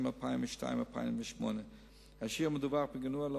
2002 2008. השיעור המדווח מגנואה,